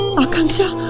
akansha